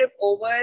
over